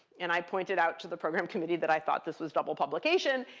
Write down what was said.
and i pointed out to the program committee that i thought this was double publication,